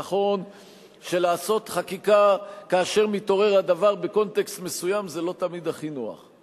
נכון שלעשות חקיקה כאשר הדבר מתעורר בקונטקסט מסוים זה לא תמיד הכי נוח.